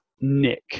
Nick